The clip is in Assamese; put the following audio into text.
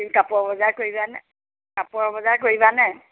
তুমি কাপোৰৰ বজাৰ কৰিবা নে কাপোৰৰ বজাৰ কৰিবা নে